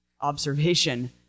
observation